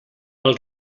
pel